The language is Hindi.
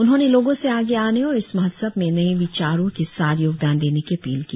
उन्होंने लोगों से आगे आने और इस महोत्सव में नये विचारों के साथ योगदान देने की अपील की